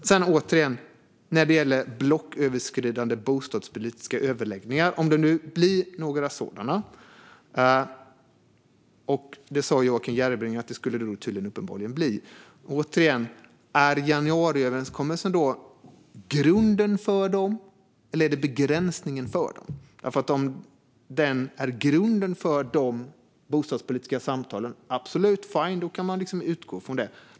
Låt mig återigen ta upp detta med blocköverskridande bostadspolitiska överläggningar. Om det blir några sådana, vilket Joakim Järrebring sa att det tydligen skulle bli, undrar jag om januariöverenskommelsen är grunden för dem eller begränsningen för dem. Är den en grund för de bostadspolitiska samtalen är det absolut fine. Då kan man utgå från det.